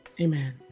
amen